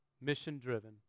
mission-driven